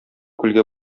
күлгә